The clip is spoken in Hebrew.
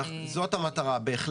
זאת המטרה, בהחלט.